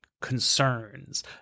concerns